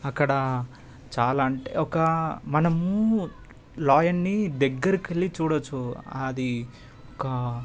అక్కడ చాలా అంటే ఒక మనము లయన్నీ దగ్గరికి వెళ్ళి చూడొచ్చు అది ఒక